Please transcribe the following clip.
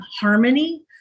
harmony